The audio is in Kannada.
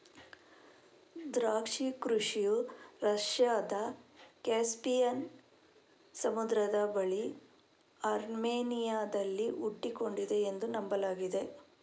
ದ್ರಾಕ್ಷಿ ಕೃಷಿಯು ರಷ್ಯಾದ ಕ್ಯಾಸ್ಪಿಯನ್ ಸಮುದ್ರದ ಬಳಿ ಅರ್ಮೇನಿಯಾದಲ್ಲಿ ಹುಟ್ಟಿಕೊಂಡಿದೆ ಎಂದು ನಂಬಲಾಗಿದೆ